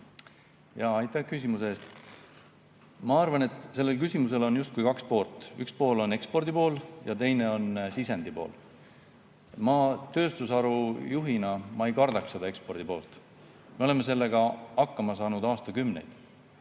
Aitäh küsimuse eest! Ma arvan, et sellel küsimusel on justkui kaks poolt, üks pool on ekspordipool ja teine on sisendipool. Ma tööstusharu juhina ei kardaks seda ekspordipoolt, me oleme sellega aastakümneid